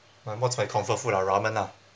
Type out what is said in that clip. !huh! what's my comfort food ah ramen lah